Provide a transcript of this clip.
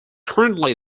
currently